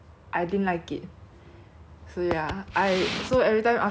after that trip right then 你每次跟我讲去吃 Jollibean also then I like